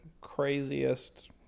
craziest